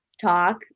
talk